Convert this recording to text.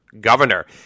governor